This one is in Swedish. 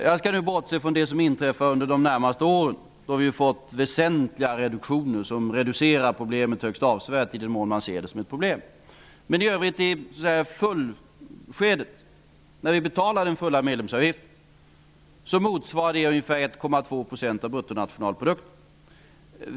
Jag skall nu bortse från det som inträffar under de närmaste åren, då vi har fått väsentliga reduktioner som högst avsevärt reducerar problemet, i den mån som man ser det som ett problem. Men när vi i slutskedet betalar den fulla medlemsavgiften motsvarar det ungefär 1,2 % av bruttonationalprodukten.